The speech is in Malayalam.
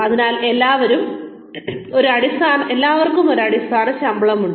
അതിനാൽ എല്ലാവർക്കും ഒരു അടിസ്ഥാന ശമ്പളമുണ്ട്